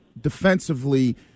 defensively